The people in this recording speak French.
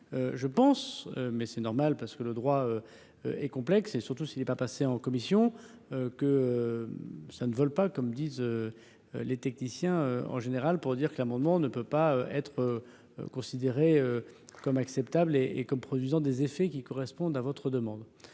je pense, mais c'est normal parce que le droit est complexe et surtout s'il est pas passé en commission, que ça ne vole pas, comme disent les techniciens en général pour dire que l'amendement ne peut pas être considéré comme acceptable et et comme produisant des effets qui correspondent à votre demande,